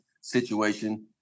situation